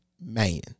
man